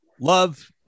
love